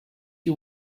you